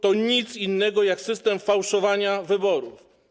To nic innego jak system fałszowania wyborów.